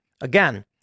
Again